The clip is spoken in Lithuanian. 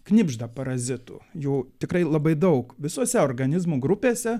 knibžda parazitų jų tikrai labai daug visose organizmų grupėse